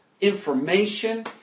information